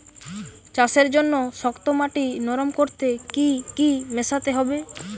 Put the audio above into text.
চাষের জন্য শক্ত মাটি নরম করতে কি কি মেশাতে হবে?